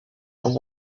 and